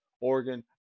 Oregon